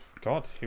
God